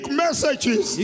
messages